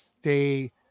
stay